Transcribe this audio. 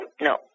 no